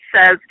says